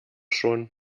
schon